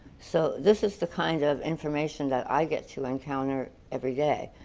so this is the kind of information that i get to encounter every day,